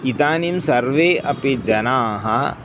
इदानीं सर्वे अपि जनाः